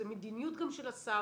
זו מדיניות גם של השר,